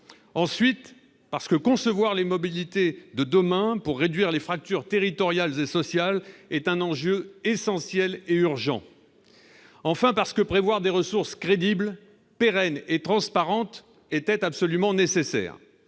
ensuite, parce que concevoir les mobilités de demain pour réduire les fractures territoriales et sociales est un enjeu essentiel et urgent ; enfin, parce que prévoir des ressources crédibles, pérennes et transparentes était absolument nécessaire.